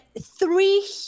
three